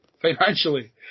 financially